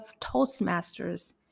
Toastmasters